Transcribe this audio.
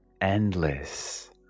endless